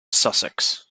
sussex